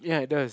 ya that's